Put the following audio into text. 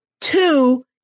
Two